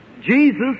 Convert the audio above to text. Jesus